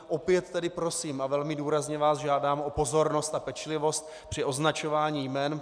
Opět tedy prosím a velmi důrazně vás žádám o pozornost a pečlivost při označování jmen.